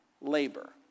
labor